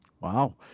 Wow